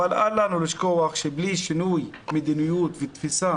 אבל אל לנו לשכוח שבלי שינוי מדיניות ותפיסה